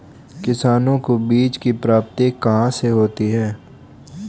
किसानों को बीज की प्राप्ति कहाँ से होती है?